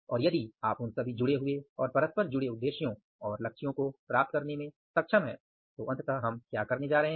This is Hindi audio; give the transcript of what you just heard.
और यदि आप उन सभी जुड़े हुए और परस्पर जुड़े उद्देश्यों और लक्ष्यों को प्राप्त करने में सक्षम हैं तो अंततः हम क्या करने जा रहे हैं